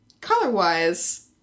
color-wise